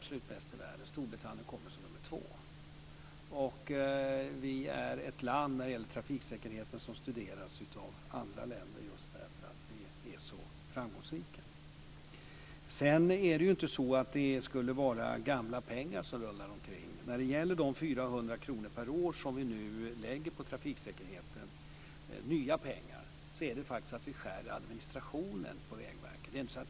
Storbritannien kommer som nummer två. Vi är ett land som studeras av andra länder eftersom vi är så framgångsrika på trafiksäkerhetsområdet. Det är inte gamla pengar som rullar omkring. De 400 miljoner kronor per år som vi nu lägger på trafiksäkerheten är nya pengar, som vi får genom att skära ned i administrationen på Vägverket.